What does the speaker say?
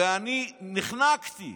ואני נחנקתי.